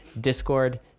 Discord